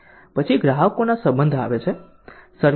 પછી ગ્રાહકો સાથેના સંબંધ આવે છે